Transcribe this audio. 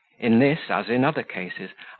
in this, as in other cases,